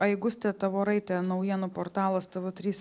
aigustė tavoraitė naujienų portalas tv trys